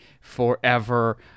forever